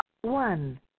One